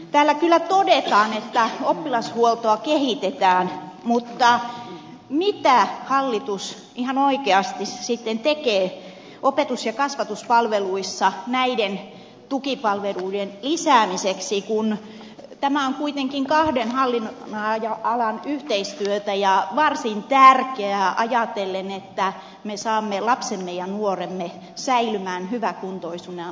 täällä kyllä todetaan että oppilashuoltoa kehitetään mutta mitä hallitus ihan oikeasti sitten tekee opetus ja kasvatuspalveluissa näiden tukipalvelujen lisäämiseksi kun tämä on kuitenkin kahden hallinnonalan yhteistyötä ja varsin tärkeää ajatellen että me saamme lapsemme ja nuoremme säilymään hyväkuntoisina aikuisuuteen